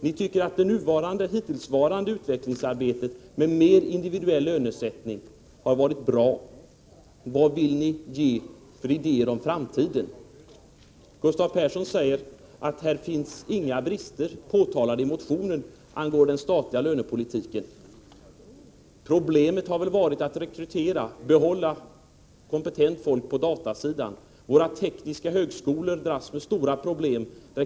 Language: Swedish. Ni tycker att det hittillsvarande utvecklingsarbetet med mer individuell lönesättning har varit bra. Vilka idéer om framtiden har ni? Gustav Persson sade att motionen angående den statliga lönepolitiken inte påtalade några brister. Problemet har väl varit att rekrytera och behålla kompetent folk på datasidan. Våra tekniska högskolor dras med stora problem.